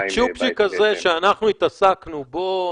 הצ'ופצ'יק הזה שאנחנו התעסקנו בו,